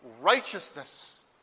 righteousness